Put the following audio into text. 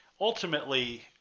ultimately